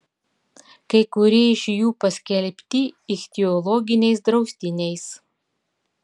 kai kurie iš jų paskelbti ichtiologiniais draustiniais